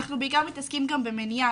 אנחנו בעיקר מתעסקים גם במניעה,